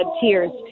tears